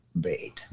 bait